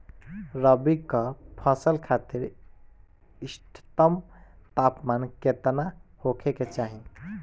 रबी क फसल खातिर इष्टतम तापमान केतना होखे के चाही?